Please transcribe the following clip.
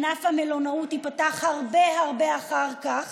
ענף המלונאות ייפתח הרבה הרבה אחר כך,